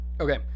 Okay